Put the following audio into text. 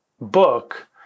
book